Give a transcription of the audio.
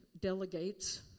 delegates